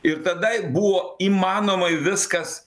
ir tada buvo įmanomai viskas